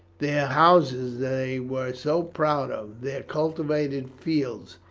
their houses they were so proud of, their cultivated fields,